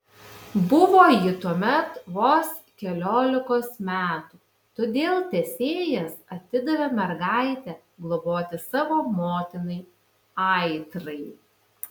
buvo ji tuomet vos keliolikos metų todėl tesėjas atidavė mergaitę globoti savo motinai aitrai